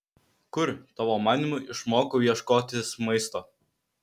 kur tavo manymu išmokau ieškotis maisto